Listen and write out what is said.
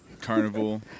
Carnival